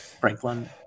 Franklin